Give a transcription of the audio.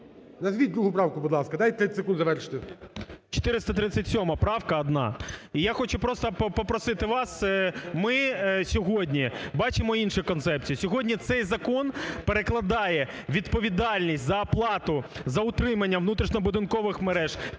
Назвіть другу правку, будь ласка. Дайте 30 секунд завершити. ІВЧЕНКО В.Є. 437 правка – одна. Я хочу просто попросити вас, ми сьогодні бачимо іншу концепцію. Сьогодні цей закон перекладає відповідальність за оплату, за утримання внутрішньобудинкових мереж